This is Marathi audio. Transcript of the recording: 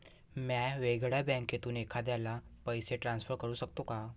म्या वेगळ्या बँकेतून एखाद्याला पैसे ट्रान्सफर करू शकतो का?